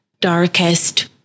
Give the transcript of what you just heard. darkest